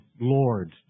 Lord